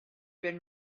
been